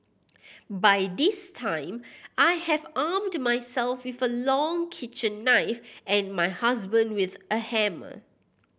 by this time I have armed myself with a long kitchen knife and my husband with a hammer